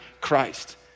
Christ